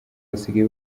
basigaye